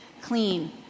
clean